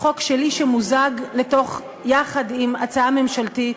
חוק שלי שמוזג עם הצעה ממשלתית.